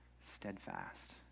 steadfast